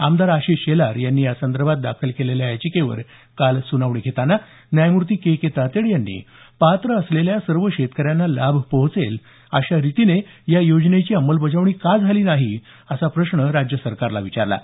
आमदार आशिष शेलार यांनी यासंदर्भात दाखल केलेल्या याचिकेवर काल सुनावणी घेताना न्यायमूर्ती के के तातेड यांनी पात्र असलेल्या सर्व शेतकऱ्यांना लाभ पोहोचेल अशा रितीने या योजनेची अंमलबजावणी का झाली नाही असा प्रश्न राज्य सरकारला विचारला आहे